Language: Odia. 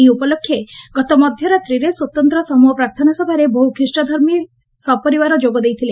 ଏହି ଉପଲକ୍ଷେ ଗତ ମଧ୍ଧରାତ୍ରିରେ ସ୍ୱତନ୍ତ ସମ୍ହ ପ୍ରାର୍ଥନା ସଭାରେ ବହୁ ଖ୍ରୀଷ୍ଧର୍ମାବଲମ୍ୀ ସପରିବାରରେ ଯୋଗ ଦେଇଥିଲେ